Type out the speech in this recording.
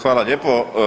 Hvala lijepo.